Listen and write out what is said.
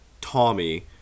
Tommy